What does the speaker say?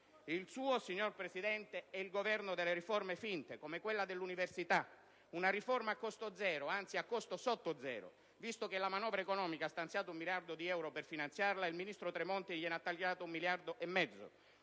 Il suo, signor Presidente, è il Governo delle riforme finte, come quella dell'università; una riforma «a costo zero», anzi «a costo sotto zero», visto che la manovra economica ha stanziato un miliardo di euro per finanziarla mentre il ministro Tremonti gliene ha tagliato un miliardo e mezzo;